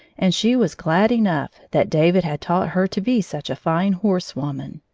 and she was glad enough that david had taught her to be such a fine horsewoman.